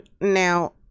now